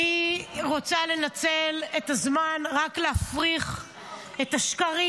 אני רוצה לנצל את הזמן רק להפריך את השקרים.